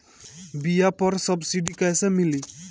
बीया पर सब्सिडी कैसे मिली?